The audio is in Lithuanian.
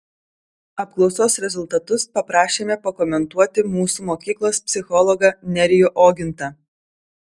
apklausos rezultatus paprašėme pakomentuoti mūsų mokyklos psichologą nerijų ogintą